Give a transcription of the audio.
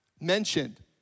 mentioned